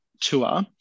tour